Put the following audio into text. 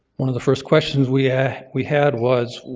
one of the first questions we yeah we had was,